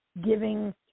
giving